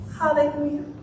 hallelujah